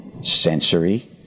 sensory